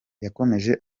yakomeje